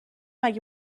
اگه